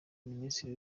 minisitiri